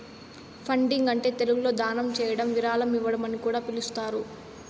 funding అంటే తెలుగులో దానం చేయడం విరాళం ఇవ్వడం అని కూడా పిలుస్తారు